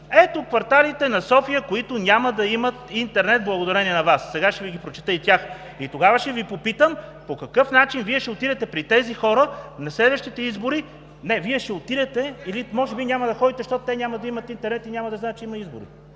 ето кварталите на София, които няма да имат интернет благодарение на Вас. Сега ще Ви ги прочета и тях. И тогава ще Ви попитам: по какъв начин Вие ще отидете при тези хора на следващите избори? Не, може би няма да ходите, защото те няма да имат интернет и няма да знаят, че има избори.